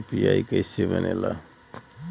UPI कईसे बनेला?